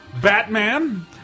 Batman